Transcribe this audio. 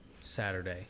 saturday